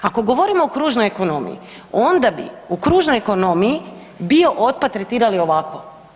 Ako govorimo o kružnoj ekonomiji onda bi u kružnoj ekonomiji biootpad tretirali ovako.